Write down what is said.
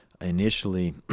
initially